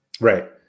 Right